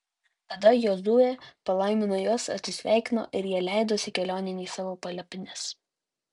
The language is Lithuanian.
tada jozuė palaimino juos atsisveikino ir jie leidosi kelionėn į savo palapines